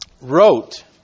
wrote